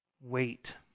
wait